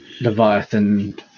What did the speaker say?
Leviathan